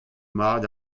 mat